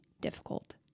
difficult